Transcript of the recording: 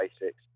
basics